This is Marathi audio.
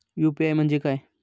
यू.पी.आय म्हणजे काय?